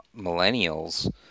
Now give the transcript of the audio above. millennials